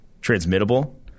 transmittable